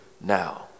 now